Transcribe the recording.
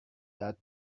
that